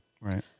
Right